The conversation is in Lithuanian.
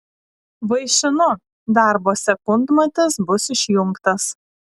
vaišinu darbo sekundmatis bus išjungtas